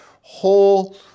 whole